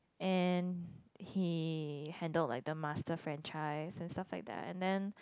and he handled like the master franchise and stuff like that and then